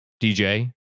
DJ